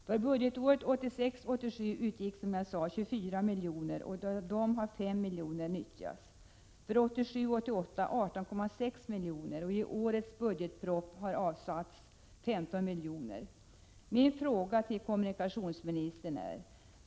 För budgetåret 1986/87 utgick, som jag sade, 24 milj.kr. Därav har 5 milj.kr. nyttjats.